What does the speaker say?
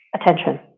attention